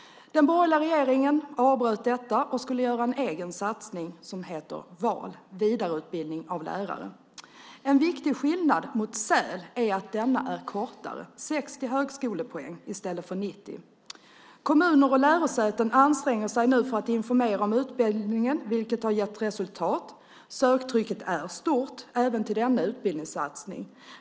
Den borgerliga regeringen avbröt denna satsning för att göra en egen satsning benämnd VAL, vidareutbildning av lärare. En viktig skillnad mot SÄL är att VAL är kortare - 60 högskolepoäng i stället för 90. Kommuner och lärosäten anstränger sig nu för att informera om utbildningen, vilket gett resultat. Söktrycket är stort även till denna utbildningssatsning.